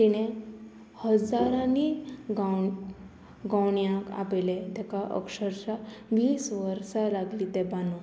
तिणें हजारांनी गाव गवण्याक आपयलें तेका अक्षरशा वीस वर्सां लागली तें बांदूंक